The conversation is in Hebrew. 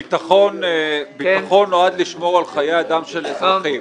ביטחון נועד לשמור על חי האדם של אזרחים.